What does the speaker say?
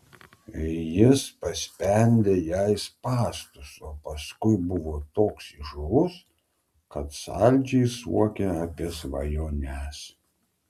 jis paspendė jai spąstus o paskui buvo toks įžūlus kad saldžiai suokė apie svajones